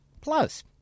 plus